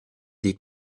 des